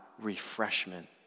refreshment